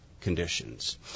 conditions